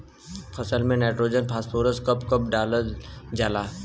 फसल में nitrogen phosphorus कब कब डालल जाला?